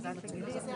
אנחנו בעצם אומרים,